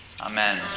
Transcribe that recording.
Amen